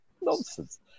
Nonsense